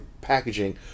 packaging